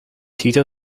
tito